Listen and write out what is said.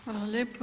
Hvala lijepo.